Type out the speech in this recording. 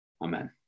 amen